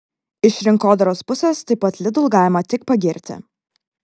iš rinkodaros pusės taip pat lidl galima tik pagirti